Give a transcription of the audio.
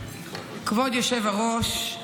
כבוד היושב-ראש,